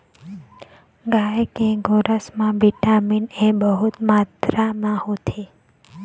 गाय के गोरस म बिटामिन ए बहुत मातरा म होथे